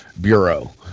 bureau